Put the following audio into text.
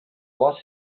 was